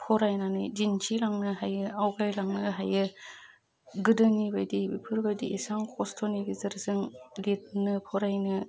फरायनानै दिन्थिलांनो हायो आवगायलांनो हायो गोदोनि बायदि इफोरबायदि एसां खस्थ'नि गेजेरजों लिरनो फरायनो